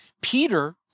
Peter